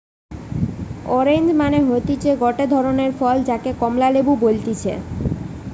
orange মানে হতিছে গটে ধরণের ফল যাকে কমলা লেবু বলতিছে